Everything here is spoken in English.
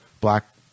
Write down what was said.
black